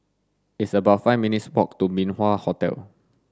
it's about five minutes' walk to Min Wah Hotel